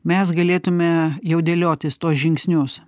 mes galėtume jau dėliotis tuos žingsnius